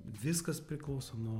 viskas priklauso nuo